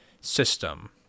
system